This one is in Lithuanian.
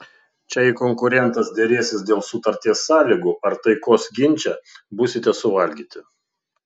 čia jei konkurentas derėsis dėl sutarties sąlygų ar taikos ginče būsite suvalgyti